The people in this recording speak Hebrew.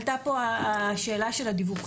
עלתה פה השאלה של הדיווחים,